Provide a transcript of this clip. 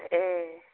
ए